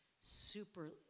super